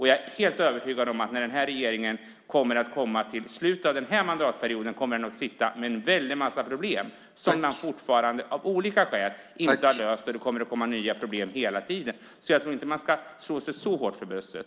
Jag är helt övertygad om att när regeringen kommer till slutet av denna mandatperiod kommer den att sitta med en väldig massa problem som man fortfarande av olika skäl inte har löst. Det kommer att komma nya problem hela tiden. Jag tror därför inte att man ska slå sig så hårt för bröstet.